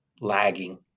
lagging